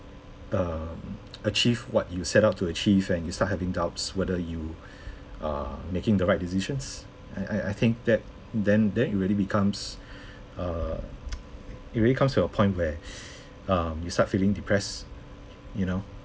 uh achieve what you set out to achieve and you start having doubts whether you are making the right decisions I I I think that then then it really becomes err it really becomes a point where um you start feeling depressed you know